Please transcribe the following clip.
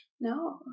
No